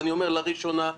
ואמרתי שלראשונה.